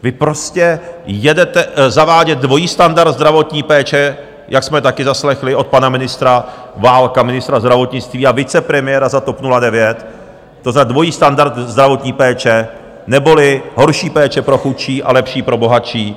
Vy prostě jedete zavádět dvojí standard zdravotní péče, jak jsme také zaslechli od pana ministra Válka, ministra zdravotnictví a vicepremiéra za TOP 09, to znamená, dvojí standard zdravotní péče, neboli horší péče pro chudé a lepší pro bohatší.